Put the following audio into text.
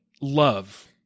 love